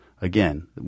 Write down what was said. again